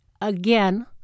again